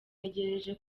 ntegereje